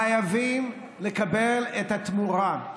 חייבים לקבל את התמורה.